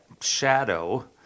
shadow